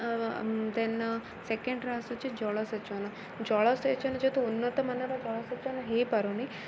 ଦେନ୍ second ରେ ଆସୁଛି ଜଳସେଚନ ଜଳସେଚନ ଯେହେତୁ ଉନ୍ନତମାନର ଜଳସେଚନ ହେଇପାରୁନି